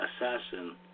assassin